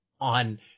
on